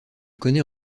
connait